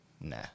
Nah